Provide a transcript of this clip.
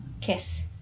Kiss